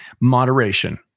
moderation